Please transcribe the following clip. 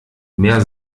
mehr